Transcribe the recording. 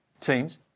seems